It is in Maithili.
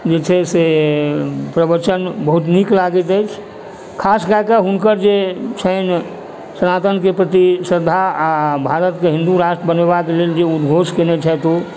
जे छै से प्रवचन बहुत नीक लागैत अछि खासकए कऽ हुनकर जे छनि सनातनकेँ प्रति श्रद्धा आओर भारतके हिन्दू राष्ट्र बनेबाक जे उद्घोष कयने छथि ओ